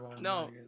no